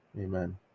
Amen